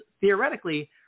theoretically